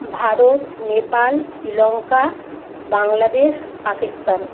Bharat Nepal Sri Lanka Bangladesh Pakistan